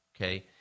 Okay